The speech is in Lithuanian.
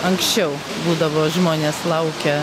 anksčiau būdavo žmonės laukia